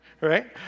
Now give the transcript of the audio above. right